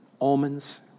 almonds